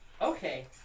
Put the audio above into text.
Okay